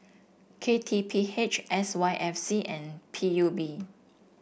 K T P H S Y F C and P U B